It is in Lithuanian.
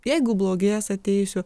jeigu blogės ateisiu